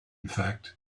fact